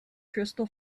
crystal